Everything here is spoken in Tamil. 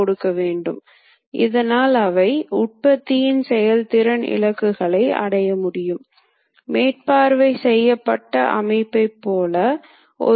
கொடுக்கப்பட்ட பொருளிலிருந்து மிகவும் துல்லியமான செயல்பாட்டின் மூலம் உகந்த பொருள் பயன்பாட்டைப் பெறலாம்